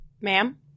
Ma'am